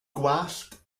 gwallt